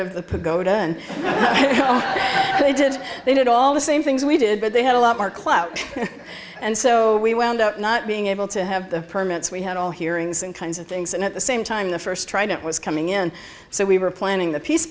of the pagoda and they did they did all the same things we did but they had a lot more clout and so we wound up not being able to have permits we had all hearings and kinds of things and at the same time the first trident was coming in so we were planning the peace